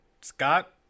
scott